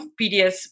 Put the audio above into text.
PDS